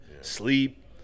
sleep